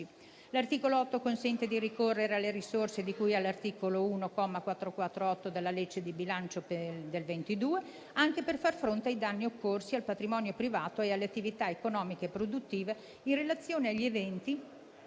L'articolo 8 consente di ricorrere alle risorse di cui all'articolo 1, comma 448, dalla legge di bilancio del 2022, anche per far fronte ai danni occorsi al patrimonio privato e alle attività economiche e produttive in relazione agli eventi